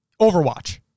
Overwatch